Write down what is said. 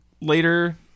later